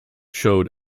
showed